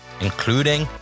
including